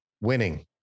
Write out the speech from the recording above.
winning